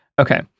Okay